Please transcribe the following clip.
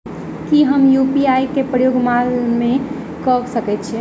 की हम यु.पी.आई केँ प्रयोग माल मै कऽ सकैत छी?